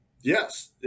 Yes